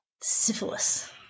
Syphilis